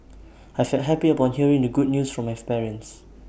I felt happy upon hearing the good news from my parents